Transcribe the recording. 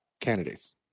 candidates